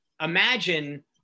imagine